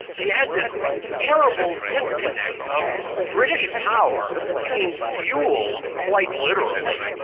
so you had this terrible disconnect of british power being fuelled, quite literally,